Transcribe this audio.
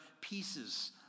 pieces